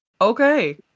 Okay